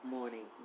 Morning